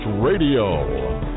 Radio